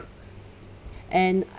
and